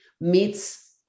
meets